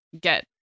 get